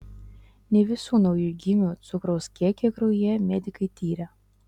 ne visų naujagimių cukraus kiekį kraujyje medikai tiria